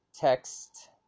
text